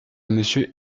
monsieur